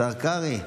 השר קרעי,